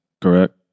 correct